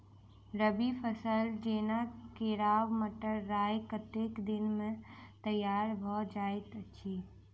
रबी फसल जेना केराव, मटर, राय कतेक दिन मे तैयार भँ जाइत अछि?